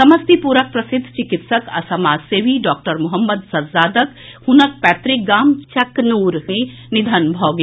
समस्तीपुरक प्रसिद्ध चिकित्सक आ समाजसेवी डॉक्टर मोहम्मद सज्जादक हुनक पैतृक गाम चकनूर मे निधन भऽ गेल